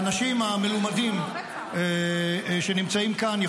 האנשים המלומדים שנמצאים כאן,